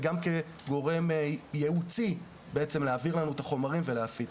וגם כגורם ייעוצי בהבערת החומרים אלינו ובהפצתם.